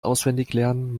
auswendiglernen